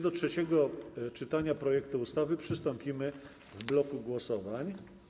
Do trzeciego czytania projektu ustawy przystąpimy w bloku głosowań.